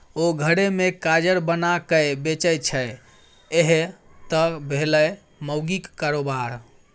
ओ घरे मे काजर बनाकए बेचय छै यैह त भेलै माउगीक कारोबार